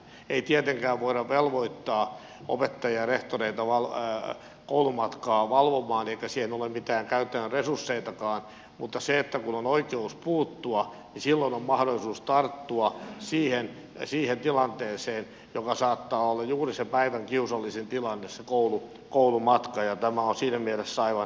ei tietenkään voida velvoittaa opettajia ja rehtoreita koulumatkaa valvomaan eikä siihen ole mitään käytännön resurssejakaan mutta kun on oikeus puuttua niin silloin on mahdollisuus tarttua siihen tilanteeseen joka saattaa olla juuri se päivän kiusallisin tilanne se koulumatka ja tämä on siinä mielessä aivan erinomainen esitys